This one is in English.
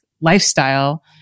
lifestyle